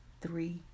three